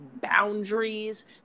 boundaries